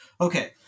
Okay